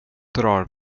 drar